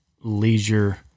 leisure